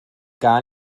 gar